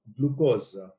glucose